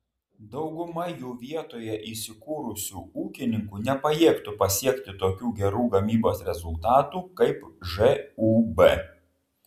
dauguma jų vietoje įsikūrusių ūkininkų nepajėgtų pasiekti tokių gerų gamybos rezultatų kaip žūb